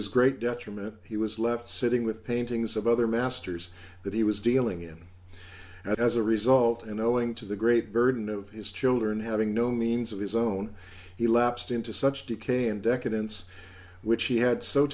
his great detriment he was left sitting with paintings of other masters that he was dealing in as a result and owing to the great burden of his children having no means of his own he lapsed into such decay and decadence which he had so